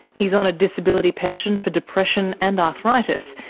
he's on a disability pension for depression and arthritis,